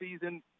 season